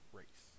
race